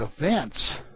events